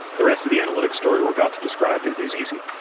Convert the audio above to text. the rest of the analytic story we're about to describe is easy.